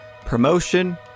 promotion